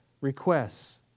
requests